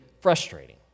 frustrating